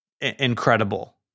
incredible